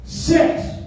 Six